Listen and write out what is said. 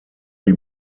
die